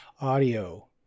audio